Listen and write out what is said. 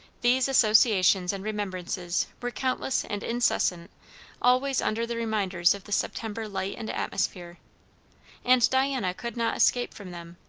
these associations and remembrances were countless and incessant always under the reminders of the september light and atmosphere and diana could not escape from them,